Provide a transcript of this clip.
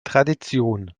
tradition